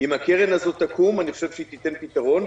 אם הקרן הזאת תקום, אני חושב שהיא תיתן פתרון.